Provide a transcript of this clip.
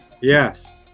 Yes